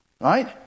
Right